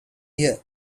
year